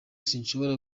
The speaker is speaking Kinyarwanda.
sinshobora